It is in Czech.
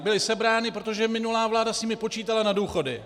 Byly sebrány, protože minulá vláda s nimi počítala na důchody...